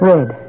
Red